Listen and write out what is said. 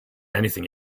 anything